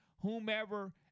whomever